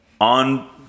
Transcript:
on